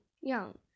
young